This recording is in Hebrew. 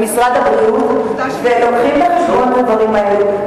במשרד הבריאות מביאים בחשבון את הדברים האלה,